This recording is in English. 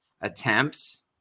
attempts